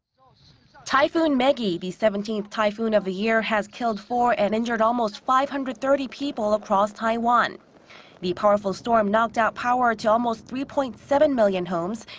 typhoon megi, the seventeenth typhoon of the year, has killed four and injured almost five hundred and thirty people across taiwan the powerful storm knocked out power to almost three point seven million homes,